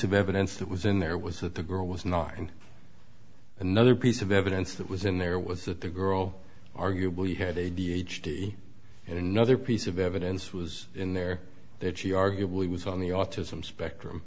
of evidence that was in there was that the girl was knocking another piece of evidence that was in there was that the girl arguably had a d h d and another piece of evidence was in there that she arguably was on the autism spectrum